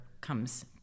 comes